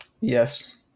yes